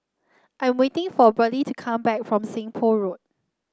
I'm waiting for Burley to come back from Seng Poh Road